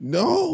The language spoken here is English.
no